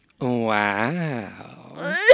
Wow